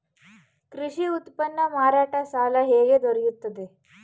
ಕೃಷಿ ಉತ್ಪನ್ನ ಮಾರಾಟ ಸಾಲ ಹೇಗೆ ದೊರೆಯುತ್ತದೆ?